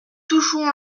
touchons